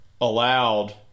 allowed